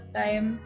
time